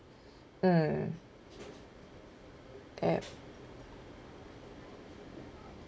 mm yup